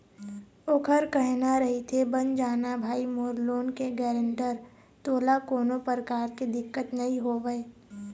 ओखर कहना रहिथे बन जाना भाई मोर लोन के गारेंटर तोला कोनो परकार के दिक्कत नइ होवय